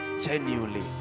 Genuinely